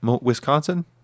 Wisconsin